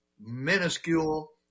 minuscule